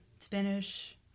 Spanish